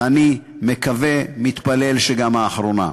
ואני מקווה, מתפלל, שגם האחרונה.